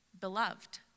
beloved